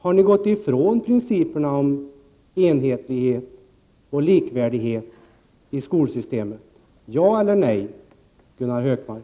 Har vi gått ifrån principerna om enhetlighet och likvärdighet i skolsystemet? Ja eller nej, Gunnar Hökmark!